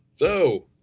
so,